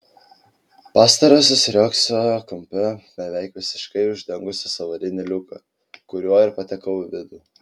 pastarosios riogsojo kampe beveik visiškai uždengusios avarinį liuką kuriuo ir patekau į vidų